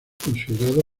considerado